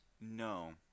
no